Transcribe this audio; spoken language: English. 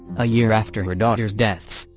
a year after her daughters' deaths,